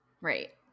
Right